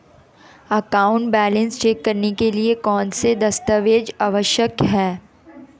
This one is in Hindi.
अकाउंट बैलेंस चेक करने के लिए कौनसे दस्तावेज़ आवश्यक हैं?